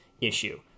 issue